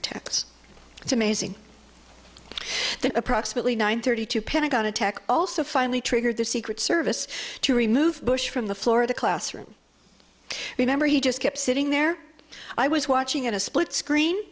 attacks it's amazing that approximately nine thirty two pentagon attack also finally triggered the secret service to remove bush from the floor of the classroom remember he just kept sitting there i was watching in a split screen